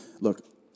Look